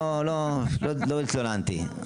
לא התלוננתי,